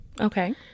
Okay